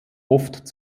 oft